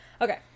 Okay